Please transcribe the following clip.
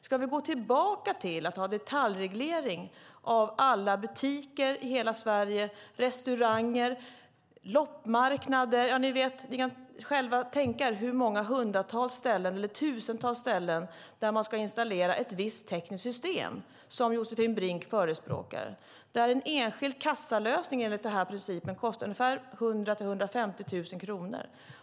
Ska vi gå tillbaka till detaljreglering av alla butiker och restauranger i hela Sverige? Det handlar också om loppmarknader och så vidare; ni kan själva tänka er hur många tusentals ställen det handlar om där man ska installera ett visst tekniskt system, som Josefin Brink förespråkar. En enskild kassalösning kostar enligt denna princip ungefär 100 000-150 000 kronor.